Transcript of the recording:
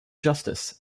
justice